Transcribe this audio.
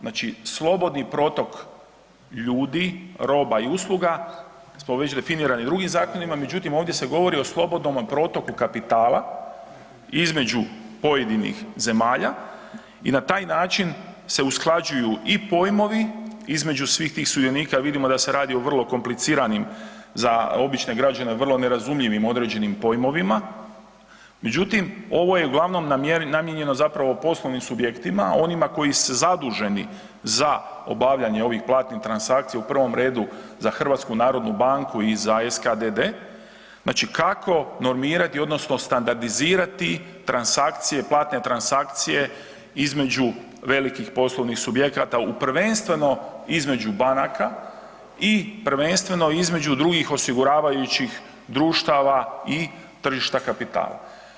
Znači slobodni protok ljudi, roba i usluga smo već definirali drugim zakonima, međutim, ovdje se govori o slobodnom protoku kapitala između pojedinih zemalja i na taj način se usklađuju i pojmovi između svih tih sudionika jer vidimo da se radi o vrlo kompliciranim, za obične građane, vrlo nerazumljivim određenim pojmovima, međutim, ovo je uglavnom namijenjeno zapravo poslovnim subjektima, onima koji su zaduženi za obavljanje ovih platnih transakcija, u prvom redu za HNB i za SKDD, znači kako normirati, odnosno standardizirati transakcije, platne transakcije između velikih poslovnih subjekata u prvenstveno, između banaka i prvenstveno između drugih osiguravajućih društava i tržišta kapitala.